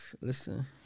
Listen